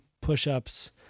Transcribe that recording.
push-ups